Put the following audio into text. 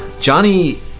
johnny